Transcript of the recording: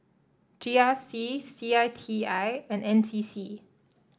G R C C I T I and N C C